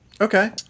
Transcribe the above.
Okay